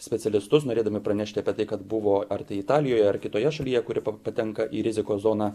specialistus norėdami pranešti apie tai kad buvo ar tai italijoje ar kitoje šalyje kuri patenka į rizikos zoną